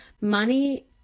money